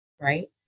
right